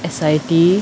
S_I_T